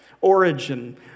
origin